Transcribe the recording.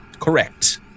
Correct